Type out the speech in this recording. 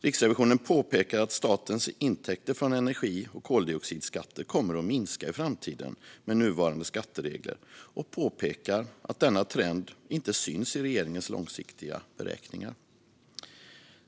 Riksrevisionen påpekar att statens intäkter från energi och koldioxidskatter kommer att minska i framtiden med nuvarande skatteregler och påpekar att denna trend inte syns i regeringens långsiktiga beräkningar.